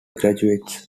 graduates